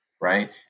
right